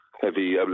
heavy